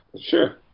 Sure